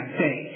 say